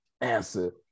answer